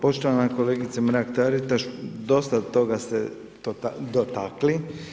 Poštovana kolegice Mrak-Taritaš dosta od toga ste dotakli.